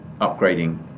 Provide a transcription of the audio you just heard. upgrading